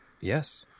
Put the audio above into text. yes